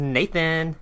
Nathan